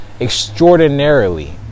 extraordinarily